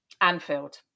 Anfield